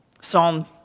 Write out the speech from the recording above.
Psalm